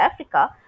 Africa